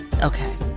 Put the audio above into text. Okay